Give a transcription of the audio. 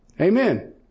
Amen